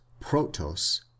protos